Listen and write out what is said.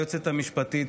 היועצת המשפטית,